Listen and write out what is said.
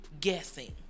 guessing